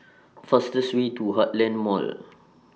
fastest Way to Heartland Mall